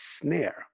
snare